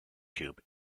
tube